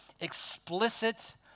explicit